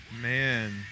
Man